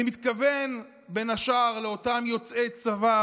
אני מתכוון בין השאר לאותם יוצאי צבא